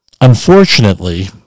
unfortunately